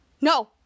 No